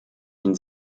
ihnen